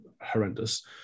horrendous